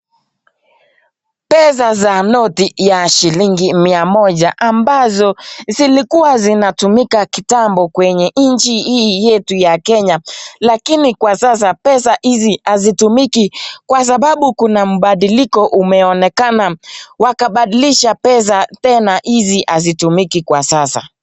Pesa za noti za shilingi mia moja ambazo zilikuwa zinatumika kitambo kwenye nchi hii yetu ya Kenya, lakini kwa sasa pesa hizi hazitumiki kwa sababu mbadiliko umeonekana ,wakabadilisha pesa tena hizi hazitumiki kwa sasa.